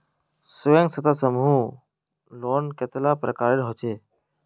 स्वयं सहायता समूह लोन कतेला प्रकारेर होचे?